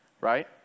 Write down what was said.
right